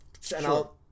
Sure